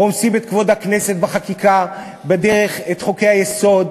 רומסים את כבוד הכנסת בחקיקה בדרך, את חוקי-היסוד.